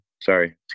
Sorry